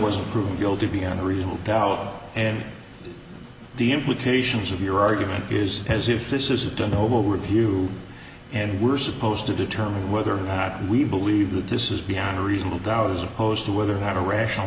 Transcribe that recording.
wasn't proven guilty beyond a reasonable doubt and the implications of your argument is as if this is a done overview and we're supposed to determine whether or not we believe that this is beyond a reasonable doubt as opposed to whether or not a rational